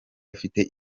afite